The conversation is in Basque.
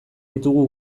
ditugu